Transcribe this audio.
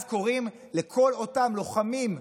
אז קוראים לכל אותם לוחמים "סרבנים",